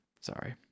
Sorry